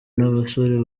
n’abasore